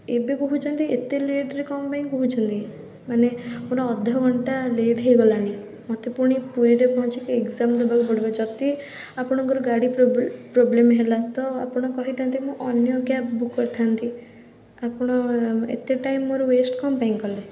ଏବେ ଭାବୁଛନ୍ତି ଏତେ ଲେଟ୍ରେ କ'ଣପାଇଁ କହୁଛନ୍ତି ମାନେ ଆପଣ ଅଧଘଣ୍ଟା ଲେଟ୍ ହେଇଗଲାଣି ମୋତେ ପୁଣି ପୁରୀରେ ପହଞ୍ଚିକି ଏଗ୍ଜାମ୍ ଦେବାକୁ ପଡ଼ିବ ଯଦି ଆପଣଙ୍କର ଗାଡ଼ି ପ୍ରୋବ ପ୍ରୋବ୍ଲେମ୍ ହେଲା ତ ଆପଣ କହିଥାନ୍ତେ ନା ଅନ୍ୟ କ୍ୟାବ୍ ବୁକ୍ କରିଥାନ୍ତି ଆପଣ ଏତେ ଟାଇମ୍ ମୋର ୱେଷ୍ଟ୍ କ'ଣ ପାଇଁ କଲେ